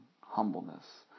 humbleness